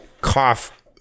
cough